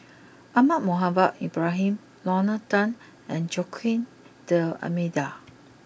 Ahmad Mohamed Ibrahim Lorna Tan and Joaquim D'Almeida